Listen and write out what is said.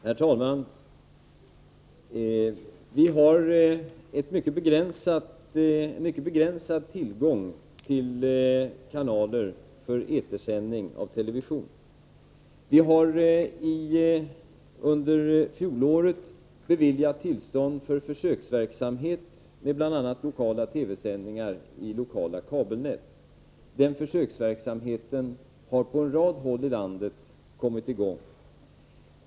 Herr talman! Vi har en mycket begränsad tillgång till kanaler för etersändning av television. Vi har under fjolåret beviljat tillstånd för försöksverksamhet med bl.a. lokala TV-sändningar i lokala kabelnät. Den försöksverksamheten har kommit i gång på en rad håll i landet.